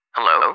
Hello